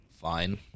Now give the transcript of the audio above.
fine